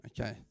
Okay